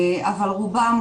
אבל רובם,